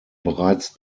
bereits